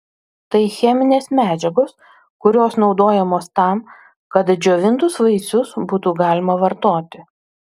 tai cheminės medžiagos kurios naudojamos tam kad džiovintus vaisius būtų galima vartoti